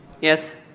Yes